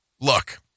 look